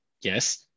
Yes